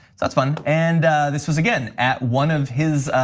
that's fun. and this was again, at one of his,